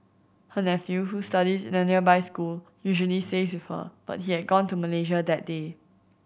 her nephew who studies in a nearby school usually stays with her but he had gone to Malaysia that day